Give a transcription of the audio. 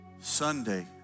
Sunday